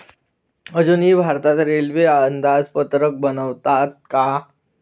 अजूनही भारतात रेल्वे अंदाजपत्रक बनवतात का?